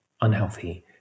unhealthy